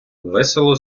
весело